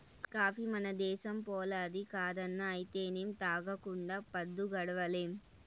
coffee మన దేశంపోల్లది కాదన్నా అయితేనేం తాగకుండా పద్దు గడవడంలే